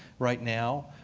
right now